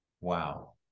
Wow